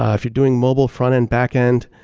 if you're doing mobile frontend, backend,